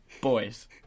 boys